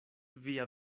via